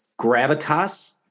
gravitas